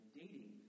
dating